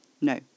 No